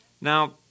Now